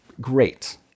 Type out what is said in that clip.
great